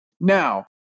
Now